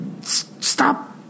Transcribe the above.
stop